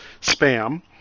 spam